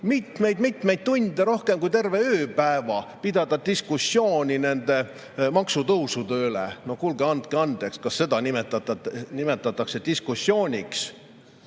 mitmeid-mitmeid tunde arutada, rohkem kui terve ööpäeva pidada diskussiooni maksutõusude üle. Kuulge, andke andeks, kas seda nimetatakse diskussiooniks,